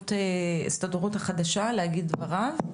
ההסתדרות החדשה, להגיד את דבריו.